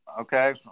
Okay